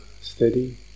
steady